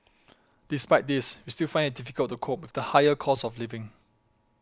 despite this we still find it difficult to cope with the higher cost of living